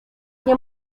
nie